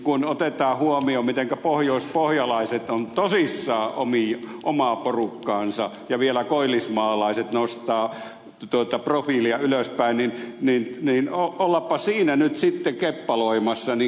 kun otetaan huomioon mitenkä pohjoispohjalaiset ovat tosissaan omaa porukkaansa ja vielä koillismaalaiset nostavat profiilia ylöspäin niin ollapa siinä nyt sitten keppaloimassa kansanedustajana